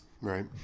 Right